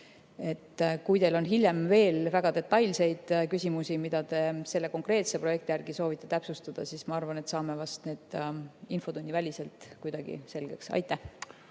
Kui teil on hiljem veel väga detailseid küsimusi, mida te selle konkreetse projekti kohta soovite täpsustada, siis ma arvan, et saame vast need infotunniväliselt kuidagi selgeks. Jaa.